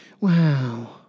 wow